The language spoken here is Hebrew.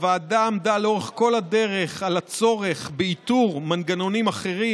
הוועדה עמדה לאורך כל הדרך על הצורך באיתור מנגנונים אחרים,